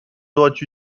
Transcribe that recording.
droite